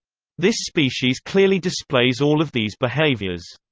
this species clearly displays all of these behaviours.